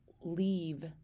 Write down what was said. leave